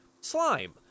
slime